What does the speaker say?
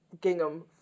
gingham